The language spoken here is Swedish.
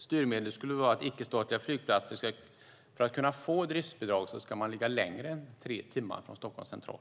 Styrmedlet skulle vara att icke-statliga flygplatser för att kunna få driftsbidrag ska ligga längre än tre timmar från Stockholms central.